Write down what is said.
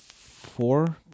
four